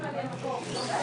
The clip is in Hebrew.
דקה,